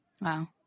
Wow